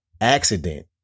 accident